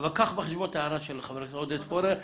אבל קח בחשבון את ההערה של חבר הכנסת עודד פורר.